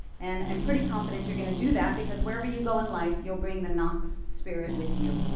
and i'm pretty confident you're going to do that, because wherever you go in life you'll bring the knox spirit with you.